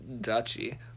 duchy